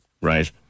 right